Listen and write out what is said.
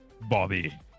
Bobby